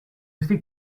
sais